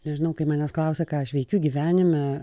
nežinau kai manęs klausia ką aš veikiu gyvenime